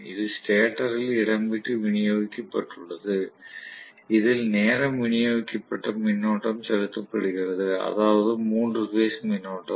இது ஸ்டேட்டரில் இடம் விட்டு விநியோகிக்கப்பட்டுள்ளது இதில் நேரம் விநியோகிக்கப்பட்ட மின்னோட்டம் செலுத்தப்படுகிறது அதாவது மூன்று பேஸ் மின்னோட்டம்